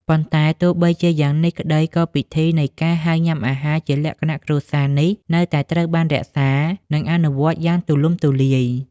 ប៉ុន្តែទោះបីជាយ៉ាងនេះក្ដី ក៏ពិធីនៃការហៅញ៉ាំអាហារជាលក្ខណៈគ្រួសារនេះ នៅតែត្រូវបានរក្សា និងអនុវត្តយ៉ាងទូលំទូលាយ។